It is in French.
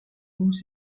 goûts